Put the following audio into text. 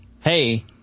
hey